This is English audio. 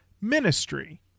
Ministry